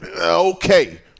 okay